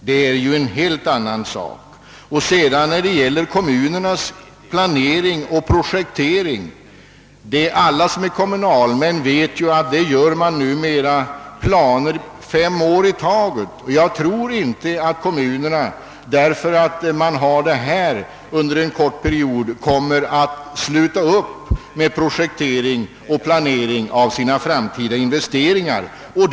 När det sedan gäller kommunernas planering och projektering vet alla som är kommunalmän att man numera gör planer för fem år i taget. Jag tror inte att kommunerna slutar upp med projektering och planering av sina framtida investeringar för att man har detta system under en kort period.